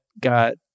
got